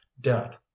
death